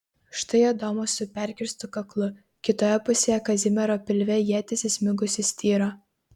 štai adomas su perkirstu kaklu kitoje pusėje kazimiero pilve ietis įsmigusi styro